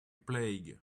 plague